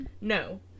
No